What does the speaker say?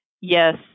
yes